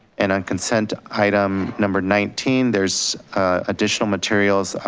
and on consent item number nineteen, there's additional materials,